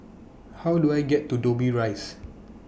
How Do I get to Dobbie Rise